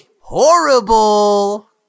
horrible